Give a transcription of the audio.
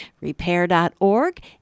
repair.org